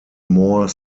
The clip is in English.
more